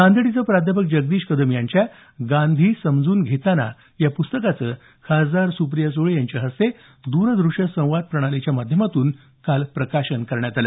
नांदेड इथं प्राध्यापक जगदीश कदम यांच्या गांधी समजून घेतांना या पुस्तकाचं खासदार सुप्रिया सुळे यांच्या हस्ते दूर दृश्य संवाद प्रणालीद्वारे प्रकाशन करण्यात आलं